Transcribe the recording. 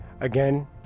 Again